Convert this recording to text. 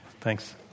Thanks